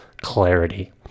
clarity